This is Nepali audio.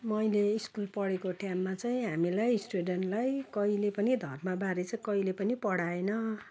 मैले स्कुल पढेको टाइममा चाहिँ हामीलाई स्टुडेन्टलाई कहिले पनि धर्मबारे चाहिँ कहिले पनि पढाएन